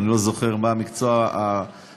אני לא זוכר מה המקצוע היותר-מדויק,